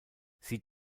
sie